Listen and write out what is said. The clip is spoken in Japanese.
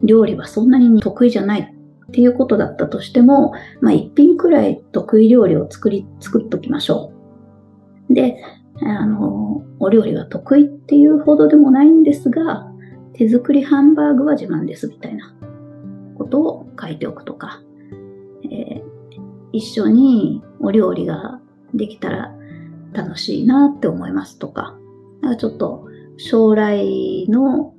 料理はそんなに得意じゃないっていうことだったとしても、まあ、一品くらい得意料理を作り- 作っときましょう。で、あの、お料理は得意っていうほどでもないんですが、手作りハンバーグは自慢ですみたいなことを書いておくとか。えー、一緒にお料理ができたら楽しいなって思いますとか。なんかちょっと将来の